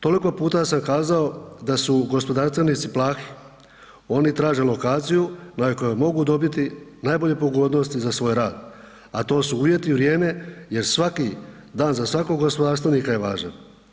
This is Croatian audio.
Toliko puta sam kazao da su gospodarstvenici plahi, oni traže lokaciju na kojoj mogu dobiti najbolje pogodnosti za svoj rad a to su uvjeti, vrijeme jer svaki dan za svakog gospodarstvenika je važan.